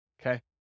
Okay